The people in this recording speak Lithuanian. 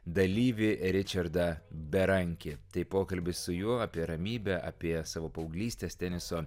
dalyvį ričardą berankį tai pokalbis su juo apie ramybę apie savo paauglystės teniso